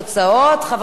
חבר הכנסת רותם,